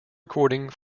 recording